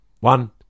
One